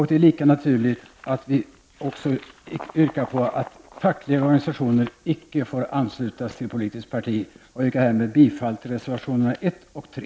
Det är lika naturligt att vi också yrkar att fackliga organisationer icke får anslutas till politiskt parti. Jag yrkar härmed bifall till reservationerna 1 och 3.